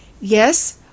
Yes